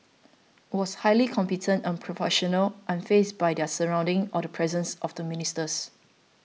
was highly competent and professional unfazed by their surroundings or the presence of the ministers